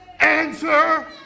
answer